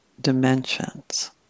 dimensions